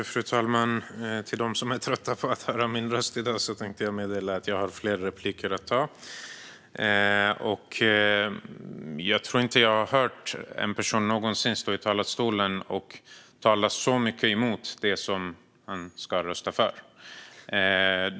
Fru talman! Till dem som är trötta på att höra min röst i dag tänker jag meddela att jag har fler repliker att ta. Jag tror inte att jag någonsin har hört en person stå i talarstolen och tala så mycket emot det som han ska rösta för.